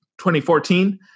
2014